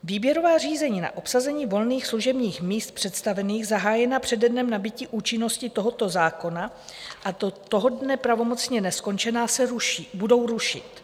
Výběrová řízení na obsazení volných služebních míst představených zahájená přede dnem nabytí účinnosti tohoto zákona a do toho dne pravomocně neskončená se budou rušit.